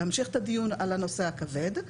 להמשיך את הדיון על הנושא הכבד,